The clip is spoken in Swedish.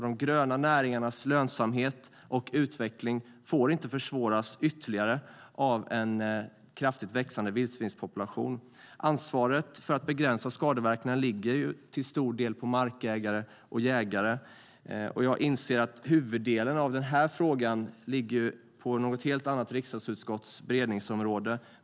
De gröna näringarnas lönsamhet och utveckling får inte försvåras ytterligare av en kraftigt växande vildsvinspopulation. Ansvaret för att begränsa skadeverkningarna ligger till stor del på markägare och jägare. Jag inser att huvuddelen av den här frågan ligger på ett helt annat riksdagsutskotts beredningsområde.